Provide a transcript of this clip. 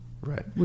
Right